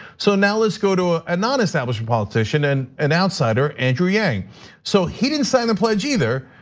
so now let's go to a and non-establishment politician and an outsider, andrew yang so he didn't sign the pledge either.